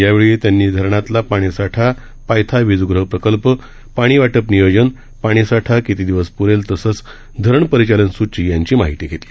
यावेळीत्यांनीधरणातीलपाणीसाठा पायथाविजगहप्रकल्प पाणीवाटपनियोजन पाणीसाठाकितीदिवसप्रेलतसंचधरणपरिचालनसूचीयांचीमाहितीघेतली